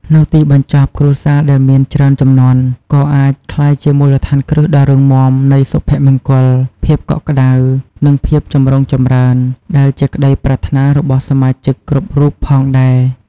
នៅទីបញ្ចប់ គ្រួសារដែលមានច្រើនជំនាន់ក៏អាចក្លាយជាមូលដ្ឋានគ្រឹះដ៏រឹងមាំនៃសុភមង្គល ភាពកក់ក្តៅ និងភាពចម្រុងចម្រើន ដែលជាក្តីប្រាថ្នារបស់សមាជិកគ្រប់រូបផងដែរ។